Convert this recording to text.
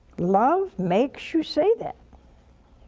love makes you say that.